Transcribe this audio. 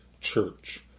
church